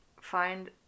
find